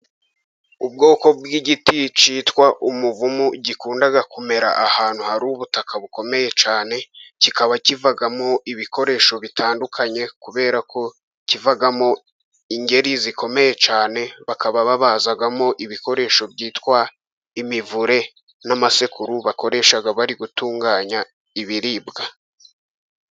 Ubwoko bw'igiti cyitwa umuvumu gikunda kumera ahantu hari ubutaka bukomeye cyane, kikaba kivamo ibikoresho bitandukanye, kubera ko kivamo ingeri zikomeye cyane bakaba babazamo ibikoresho byitwa imivure, n'amasekuru bakoresha bari gutunganya ibiribwa.